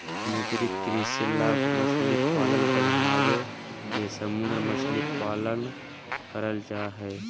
समुद्री कृषि लाभ मछली पालन बढ़ाबे ले समुद्र मछली पालन करल जय हइ